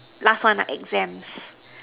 last one lah exams